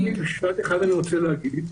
עוד משפט אחד אני רוצה להגיד.